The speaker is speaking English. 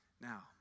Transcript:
Now